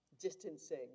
distancing